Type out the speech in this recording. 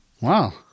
Wow